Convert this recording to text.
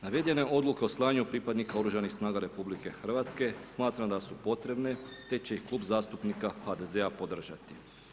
Navedene odluke o slanju pripadnika oružanih snaga RH smatram da su potrebne, te će ih klub zastupnika HDZ-a podržati.